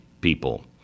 people